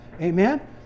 Amen